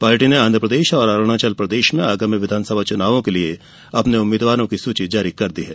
party ने आंध्रप्रदेश और अरूणाचल प्रदेश में आगामी विधानसभा चुनावों के लिये अपने उम्मीद्वारों की सूची जारी कर दी है